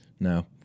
No